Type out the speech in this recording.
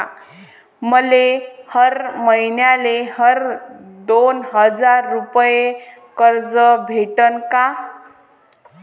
मले हर मईन्याले हर दोन हजार रुपये कर्ज भेटन का?